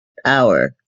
power